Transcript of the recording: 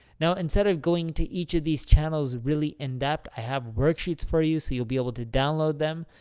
now instead of going to each of these channels really in-depth, i have worksheets for you so you'll be able to download them.